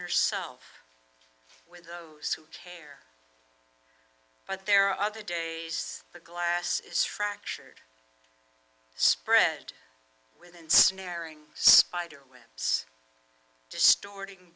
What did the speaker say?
herself with those who care but there are other days the glass is fractured spread with and snaring spiderwebs distorting